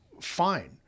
fine